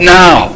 now